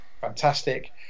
fantastic